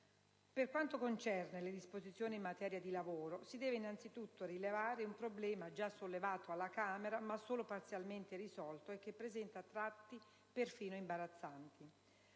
Per quanto concerne le disposizioni in materia di lavoro, si deve innanzitutto rilevare un problema già sollevato alla Camera ma solo parzialmente risolto, che presenta tratti persino imbarazzanti.